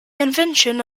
invention